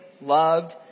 loved